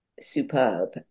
superb